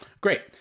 Great